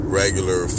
regular